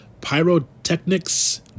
pyrotechnics